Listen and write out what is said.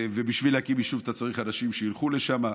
ובשביל להקים יישוב אתה צריך אנשים שילכו לשם.